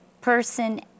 person